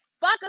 Fuck